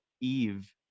Eve